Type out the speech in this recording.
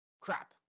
crap